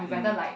mm